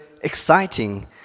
exciting